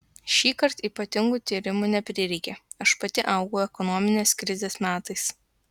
šįkart ypatingų tyrimų neprireikė aš pati augau ekonominės krizės metais